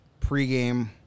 pregame